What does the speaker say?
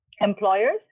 employers